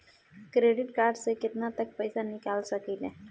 Credit card से केतना तक पइसा निकाल सकिले?